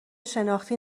شناختی